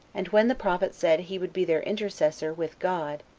and when the prophet said he would be their intercessor with god,